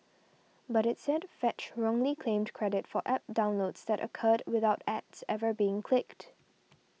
but it said Fetch wrongly claimed credit for App downloads that occurred without ads ever being clicked